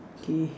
okay